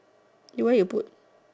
eh why you put